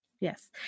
Yes